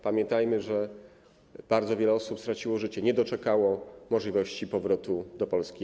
Pamiętajmy, że bardzo wiele osób straciło życie, nie doczekało możliwości powrotu do Polski.